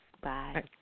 Bye